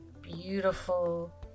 beautiful